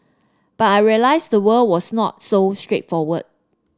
but I realised the world was not so straightforward